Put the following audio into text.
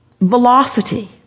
velocity